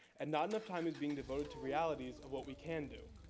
and not enough time is being devoted to realities of what we can do.